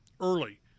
early